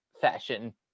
fashion